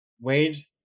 Wade